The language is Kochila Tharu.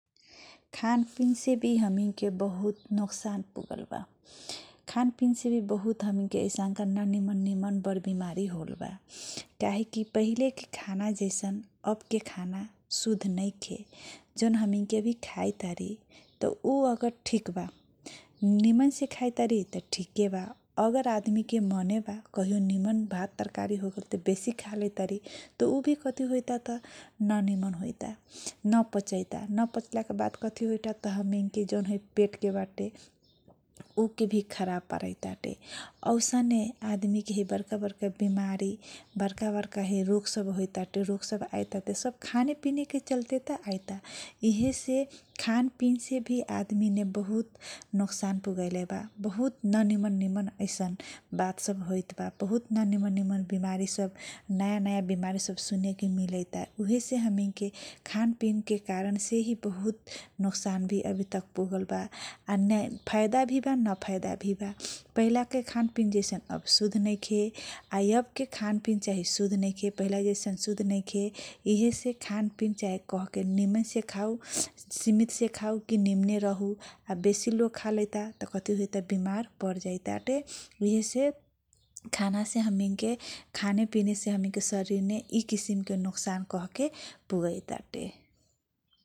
खान पिन से भी हमनी के बहुत नुकसान पुगल बा। खान पिन से भी हमनी के बहुत आइसनका ना निम्न निम्न बरबिमारी होल बा । काहे की पहिले के खाना जैसन अबके खाना सुध नैखे जौन अभी हमनी के खाइ तारी त उ कगर ठिक बा निमनसे खाइ तारी त ठिके बा अगर आदमी के मने बा कहियो अगर निमन भात तरकारी होगेल त बेसी खालै तारी त उ भी कथी होइता त ना निमन होइता ना पचैता ना पचला के बाद कथी होइता त हमनी के जौन पेटके बाटे। उ केभी खराबी पारैताते औसने आदमी के है बरका बरका बेमारी बरका बरका है रोग सब होइताटे रोग सब आइताते सब खाने पिने के चलते त आइता। इहेसे खान पिन से भी आदमी ने बहुत नोकसान पुगैले बा बहुत न निमन निमन बात सब होइत बा बहुत न निमन निमन बिमारी सब बहुत नयाँ नयाँ बिमारी सब सुनेके मिलैता उहे से हमनी के खान पिन के कारण से ही बहुत नोकसन भी अभी तब पुगल बा। आ फैदा भी बा ना फैदा भी बा पहिलाके खान पिन जैसन अब सुध नैखे आ अब के खान पिन चाही सुध नैखे पहिला जैसन सुध नैखे इहेसे खान पिन चाहे कहके खाउ सिमित से खाउ की निमने रहु आ बेसी लोग खालैता त कथी होइता बिमार परजाइ ताते इहेसे खाना से हमनी के खाना पिनासे हमनी के शरीर मे इ किसिम के नोकसान कहके हमनी के शरीर मे पुगै ताते।